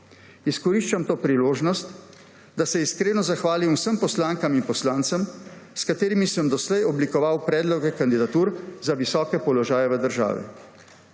Izkoriščam to priložnost, da se iskreno zahvalim vsem poslankam in poslancem, s katerimi sem doslej oblikoval predloge kandidatur za visoke položaje v državi.